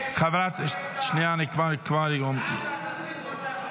--- בעזה תצביעי כמו שאת רוצה.